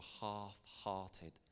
half-hearted